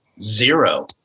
zero